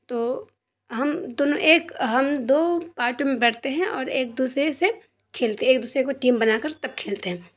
تو ہم دونوں ایک ہم دو پارٹ میں بیٹھتے ہیں اور ایک دوسرے سے کھیلتے ہیں ایک دوسرے کو ٹیم بنا کر تب کھیلتے ہیں